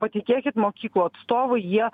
patikėkit mokyklų atstovai jie